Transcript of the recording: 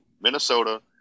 Minnesota